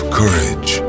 courage